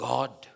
God